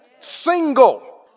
Single